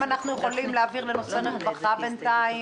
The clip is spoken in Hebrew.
אנחנו יכולים להעביר לנושא רווחה בינתיים?